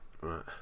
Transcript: right